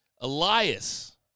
Elias